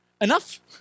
Enough